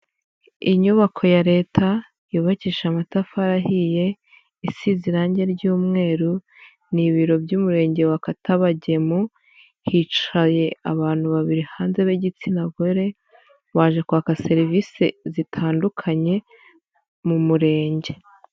Inyubako ya Leta yubakishije amatafari ahiye isize irangi ry'umweru, ni ibiro by'umurenge wa Katabagemu hicaye abantu babiri hanze b'igitsina gore, baje kwaka serivisi zitandukanye mu murenge.